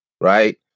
right